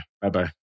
Bye-bye